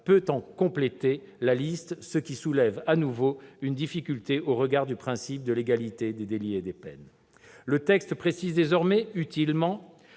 peut en compléter la liste, ce qui soulève à nouveau une difficulté au regard du principe de légalité des délits et des peines. Le texte précise désormais- utilement